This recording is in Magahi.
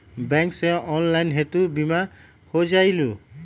बैंक से ऑनलाइन केहु बिमा हो जाईलु?